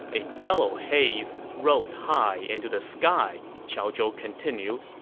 a yellow haze rose high into the sky, qiao zhou continued.